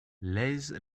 laize